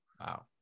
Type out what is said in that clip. Wow